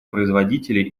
производители